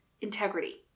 integrity